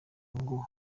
ngo